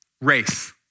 Race